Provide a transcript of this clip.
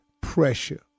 pressure